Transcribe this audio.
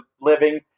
living